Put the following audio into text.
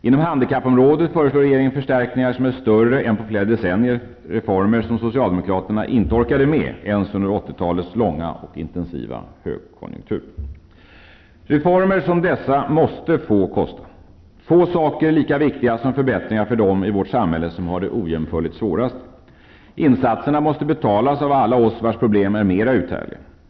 Inom handikappområdet föreslår regeringen förstärkningar som är större än på flera decennier, reformer som socialdemokraterna inte orkade med ens under 80-talets långa och intensiva högkonjunktur. Reformer som dessa måste få kosta. Få saker är lika viktiga som förbättringar för dem i vårt samhälle som har det svårast. Insatserna måste betalas av alla oss vars problem är mer uthärdliga.